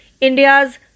india's